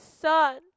son